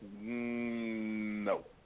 No